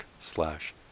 slash